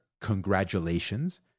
congratulations